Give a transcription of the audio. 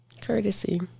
Courtesy